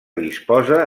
disposa